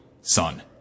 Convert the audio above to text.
son